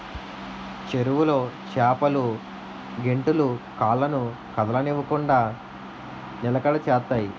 చెరువులో చేపలు గెంతులు కళ్ళను కదలనివ్వకుండ నిలకడ చేత్తాయి